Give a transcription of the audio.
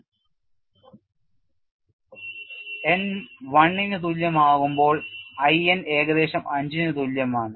അതിനാൽ n 1 ന് തുല്യമാകുമ്പോൾ I n ഏകദേശം അഞ്ചിന് തുല്യമാണ്